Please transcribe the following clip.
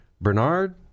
Bernard